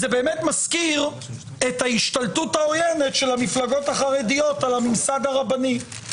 זה באמת מזכיר את ההשתלטות העוינת של המפלגות החרדיות על הממסד הרבני.